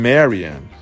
Marian